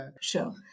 Sure